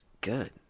Good